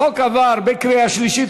החוק עבר בקריאה שלישית,